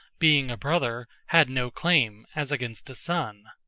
being a brother, had no claim, as against a son.